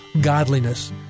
godliness